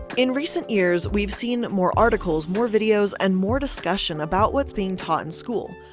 in recent years, we've seen more articles, more videos, and more discussion about what's being taught in school.